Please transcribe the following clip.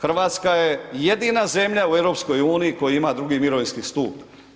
Hrvatska je jedina zemlja u EU koja ima drugi mirovinski stup.